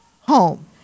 home